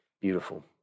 Beautiful